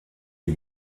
est